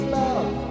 love